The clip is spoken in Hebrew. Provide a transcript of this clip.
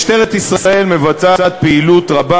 משטרת ישראל מבצעת פעילות רבה,